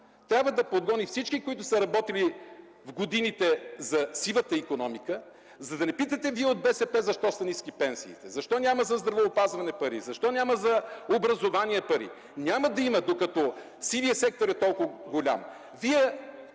трябва да подгони всички, които са работили в годините за сивата икономика, за да не питате Вие от БСП, защо са ниски пенсиите, защо няма пари за здравеопазване, защо няма за образование пари. Няма да има, докато сивият сектор е толкова голям.